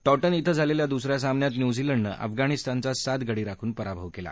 Totten खि झालेल्या दुस या सामन्यात न्युझीलंडने अफगाणिस्तानचा सात गडी राखून पराभव केला